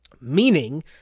Meaning